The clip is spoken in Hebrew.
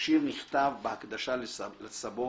השיר נכתב בהקדשה לסבו